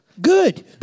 Good